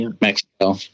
Mexico